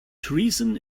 treason